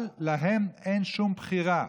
אבל להם אין שום בחירה.